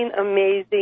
amazing